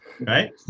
Right